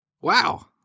Wow